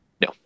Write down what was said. No